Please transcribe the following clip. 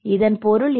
இதன் பொருள் என்ன